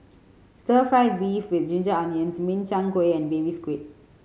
stir fried beef with ginger onions Min Chiang Kueh and Baby Squid